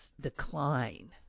decline